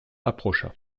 approcha